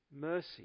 mercy